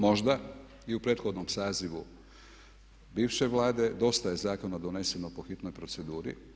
Možda i u prethodnom sazivu bivše Vlade dosta je zakona doneseno po hitnoj proceduri.